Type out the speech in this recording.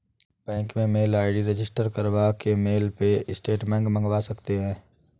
bank में mail ID register करवा के मेल पे स्टेटमेंट मंगवा सकते है